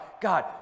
God